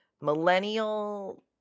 millennial